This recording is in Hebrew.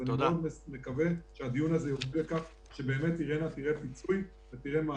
אני מאוד מקווה שהדיון הזה יוביל לכך שאירינה תראה פיצוי ומענה.